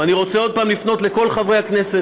ואני רוצה עוד פעם לפנות לכל חברי הכנסת